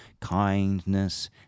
kindness